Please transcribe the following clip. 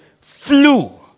flew